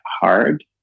hard